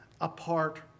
apart